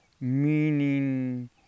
meaning